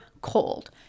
cold